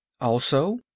Also—